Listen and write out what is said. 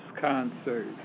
concert